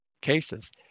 cases